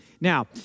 Now